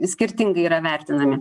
skirtingai yra vertinami